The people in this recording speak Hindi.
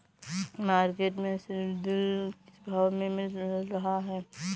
मार्केट में सीद्रिल किस भाव में मिल रहा है?